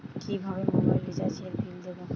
কিভাবে মোবাইল রিচার্যএর বিল দেবো?